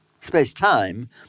space-time